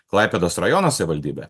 klaipėdos rajono savivaldybę